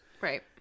Right